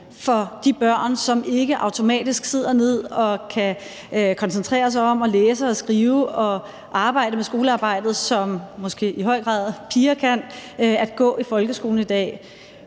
for de børn, som ikke automatisk kan sidde ned og koncentrere sig om at læse og skrive og arbejde med skolearbejdet – som piger måske i høj grad kan – at gå i folkeskolen i dag.